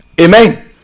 Amen